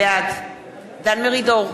בעד דן מרידור,